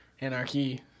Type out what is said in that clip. Anarchy